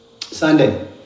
Sunday